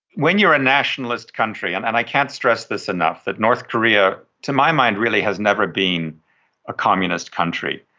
when you are a nationalist country, and and i can't stress this enough, that north korea to my mind really has never been a communist country,